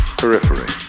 periphery